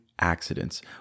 accidents